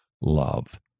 love